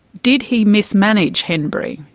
did he mismanage henbury?